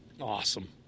Awesome